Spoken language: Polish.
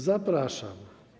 Zapraszam.